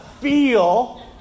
feel